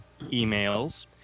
emails